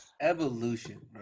Evolution